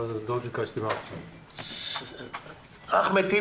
יקבל רשות דיבור ולא נפריע האחד לשני.